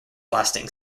lasting